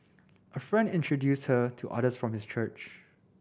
a friend introduced her to others from his church